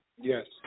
yes